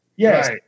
Yes